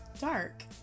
Dark